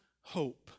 hope